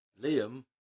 Liam